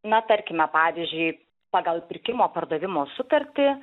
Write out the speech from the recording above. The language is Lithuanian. na tarkime pavyzdžiui pagal pirkimo pardavimo sutartį